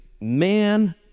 man